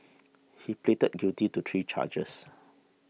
he pleaded guilty to three charges